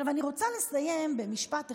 אני רוצה לסיים במשפט אחד,